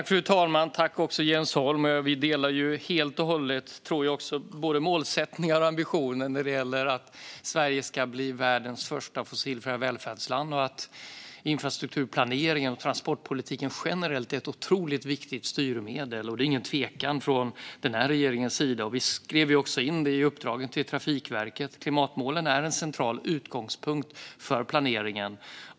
Fru talman! Jens Holm och jag delar helt och hållet, tror jag, både målsättningar och ambitioner när det gäller att Sverige ska bli världens första fossilfria välfärdsland och att infrastrukturplaneringen och transportpolitiken generellt är otroligt viktiga styrmedel. Det är ingen tvekan från regeringens sida - vi skrev också in det i uppdragen till Trafikverket - om att klimatmålen är en central utgångspunkt för planeringen.